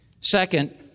Second